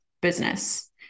business